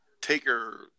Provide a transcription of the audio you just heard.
Taker